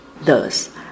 Thus